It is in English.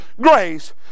grace